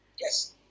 Yes